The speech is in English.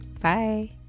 Bye